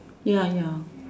ya ya